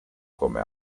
come